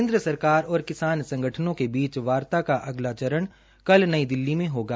केन्द्र सरकार और किसान संगठनों के बीच वार्ता का अगला चरण कल नई दिल्ली में होगा